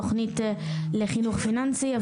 תוכנית לחינוך פיננסי.